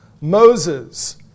Moses